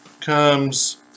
comes